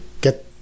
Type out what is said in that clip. get